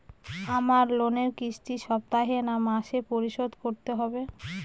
আমার লোনের কিস্তি সপ্তাহে না মাসে পরিশোধ করতে হবে?